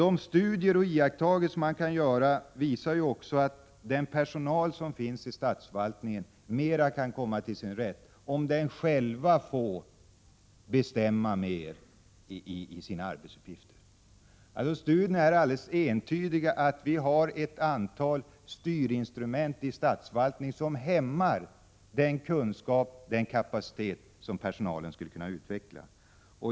De studier och iakttagelser som man kan göra visar också att den personal som finns inom statsförvaltningen kan komma mer till sin rätt, om den själv får bestämma mer över sina arbetsuppgifter. Studierna visar alldeles entydigt att vi har ett antal styrinstrument i statsförvaltningen som hämmar den kunskap och kapacitet som personalen skulle kunna utveckla.